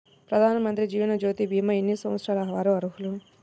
ప్రధానమంత్రి జీవనజ్యోతి భీమా ఎన్ని సంవత్సరాల వారు అర్హులు?